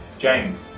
James